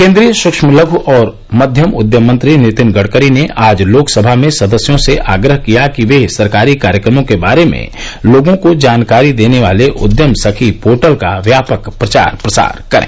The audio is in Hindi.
केन्द्रीय सुक्ष्म लघ् और मध्यम उद्यम मंत्री नितिन गडकरी ने आज लोकसभा में सदस्यों से आग्रह किया कि वे सरकारी कार्यक्रमों के बारे में लोगों को जानकारी देने वाले उद्यम सखी पोर्टल का व्यापक प्रचार प्रसार करें